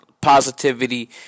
positivity